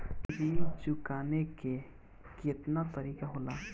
ऋण चुकाने के केतना तरीका होला?